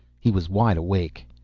he was wide awake.